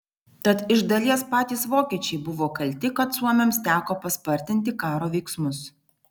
tad iš dalies patys vokiečiai buvo kalti kad suomiams teko paspartinti karo veiksmus